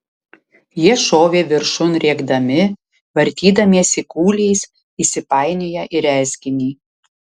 jie šovė viršun rėkdami vartydamiesi kūliais įsipainioję į rezginį